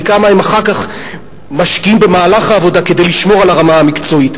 וכמה הם אחר כך משקיעים במהלך העבודה כדי לשמור על הרמה המקצועית.